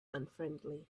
unfriendly